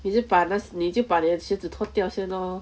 你已经那你就把你的鞋子脱掉先 lor